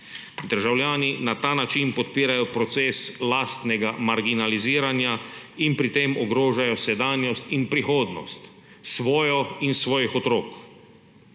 Državljani na ta način podpirajo proces lastnega marginaliziranja in pri tem ogrožajo sedanjost in prihodnost – svojo in svojih otrok.